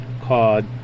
called